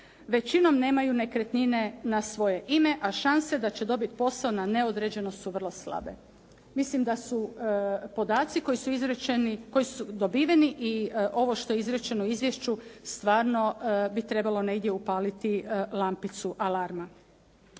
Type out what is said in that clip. većinom nemaju nekretnine na svoje ime, a šanse da će dobit posao na neodređeno su vrlo slabe. Mislim da su podaci koji su izrečeni, koji su dobiveni i ovo što je izrečeno u izvješću, stvarno bi negdje trebalo upaliti lampicu alarma.